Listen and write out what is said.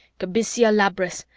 kabysia labrys,